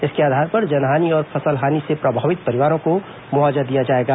इसके आधार पर जनहानि और फसल हानि से प्रभावित परिवारों को मुआवजा दिया जाएगा